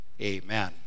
Amen